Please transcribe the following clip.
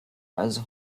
also